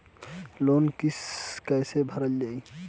Loan क किस्त कैसे भरल जाए?